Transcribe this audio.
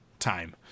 time